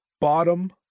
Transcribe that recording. bottom